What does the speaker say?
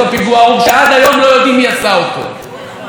מי שמכם להיות החוקר,